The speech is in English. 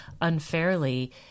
unfairly